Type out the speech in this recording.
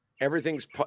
everything's